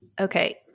Okay